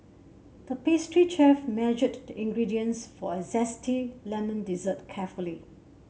the pastry chef measured the ingredients for a zesty lemon dessert carefully